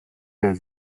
der